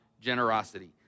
generosity